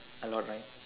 a lot right